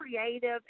creative